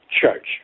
church